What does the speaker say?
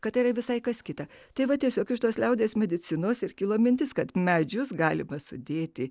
kad tai yra visai kas kita tai va tiesiog iš tos liaudies medicinos ir kilo mintis kad medžius galima sudėti